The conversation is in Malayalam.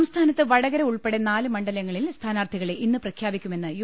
സംസ്ഥാനത്ത് വടകര ഉൾപ്പെടെ നാല് മണ്ഡലങ്ങളിൽ സ്ഥാനാർത്ഥി കളെ ഇന്ന് പ്രഖ്യാപിക്കുമെന്ന് യു